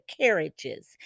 carriages